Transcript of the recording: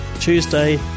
Tuesday